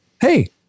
Hey